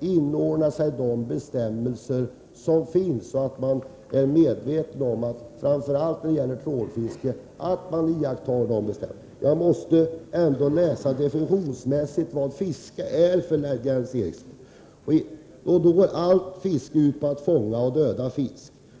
inordna sig under de bestämmelser som finns och då framför allt vid trålfiske. Jag måste erinra Jens Eriksson om definitionen på vad fiske är för någonting. Allt fiske går ut på att fånga och döda fisk.